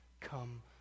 Come